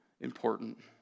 important